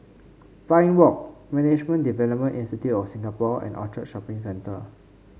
Pine Walk Management Development Institute of Singapore and Orchard Shopping Centre